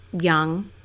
young